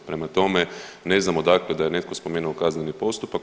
Prema tome, ne znam odakle da je netko spomenuo kazneni postupak.